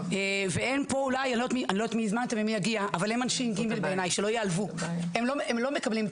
הם לא מקבלים את ההחלטות,